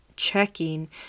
checking